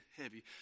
heavy